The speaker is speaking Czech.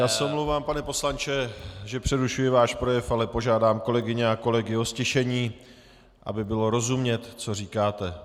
Já se omlouvám, pane poslanče, že přerušuji váš projev, ale požádám kolegyně a kolegy o ztišení, aby bylo rozumět, co říkáte.